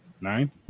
nine